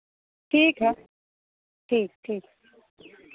ठीक है ठीक ठीक